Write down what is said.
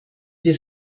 wir